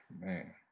Man